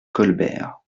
colbert